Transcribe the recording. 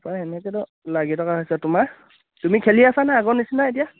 মানে এনেকৈতো লাগি থকা হৈছে তোমাৰ তুমি খেলি আছা নাই আগৰ নিচিনা এতিয়া